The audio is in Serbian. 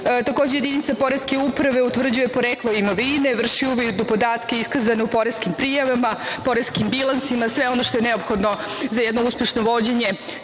jedinica poreske uprave utvrđuje poreklo imovine, vrši uvid u podatke iskazane u poreskim prijavama, poreskim bilansima, sve ono što je neophodno za jedno uspešno vođenje